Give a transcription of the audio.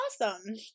awesome